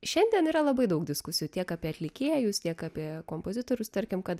šiandien yra labai daug diskusijų tiek apie atlikėjus tiek apie kompozitorius tarkim kad